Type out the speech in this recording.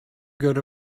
good